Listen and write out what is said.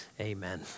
Amen